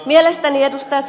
mielestäni ed